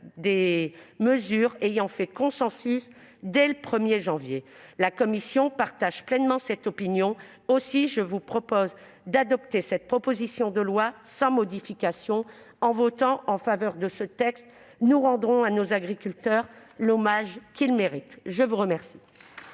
des mesures ayant fait consensus dès le 1 janvier prochain. La commission partage pleinement cette opinion. Aussi vous propose-t-elle d'adopter cette proposition de loi sans modification. En votant en faveur de ce texte, nous rendrons à nos agriculteurs l'hommage qu'ils méritent. La parole